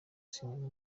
sinema